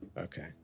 Okay